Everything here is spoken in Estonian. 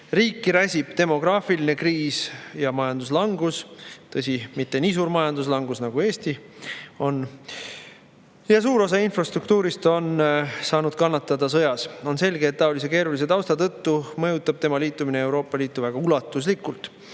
Riiki räsivad demograafiline kriis ja majanduslangus. Tõsi, mitte nii suur majanduslangus, nagu Eestis on. Ja suur osa infrastruktuurist on sõjas kannatada saanud. On selge, et taolise keerulise tausta tõttu mõjutab tema liitumine Euroopa Liitu väga ulatuslikult.